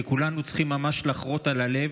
שכולנו צריכים ממש לחרות על הלב.